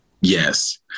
Yes